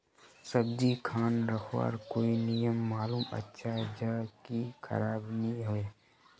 सब्जी खान रखवार कोई नियम मालूम अच्छा ज की खराब नि होय?